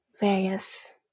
various